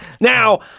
Now